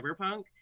Cyberpunk